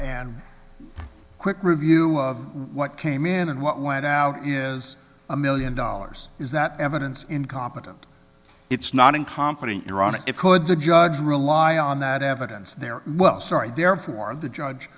and quick review of what came in and what went out is a million dollars is that evidence incompetent it's not incompetent iran it could the judge rely on that evidence they're well sorry there for the judge